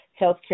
healthcare